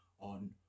on